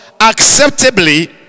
acceptably